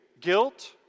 Guilt